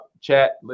Chat